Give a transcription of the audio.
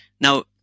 Now